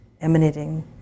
emanating